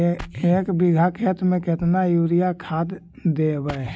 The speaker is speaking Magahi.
एक बिघा खेत में केतना युरिया खाद देवै?